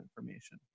information